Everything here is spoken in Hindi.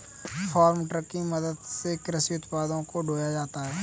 फार्म ट्रक की मदद से कृषि उत्पादों को ढोया जाता है